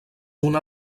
una